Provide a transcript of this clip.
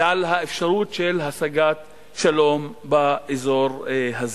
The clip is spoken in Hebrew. ועל האפשרות של השגת שלום באזור הזה.